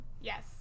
yes